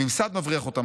הממסד מבריח אותם,